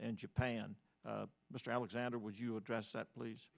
and japan mr alexander would you address that please